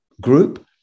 group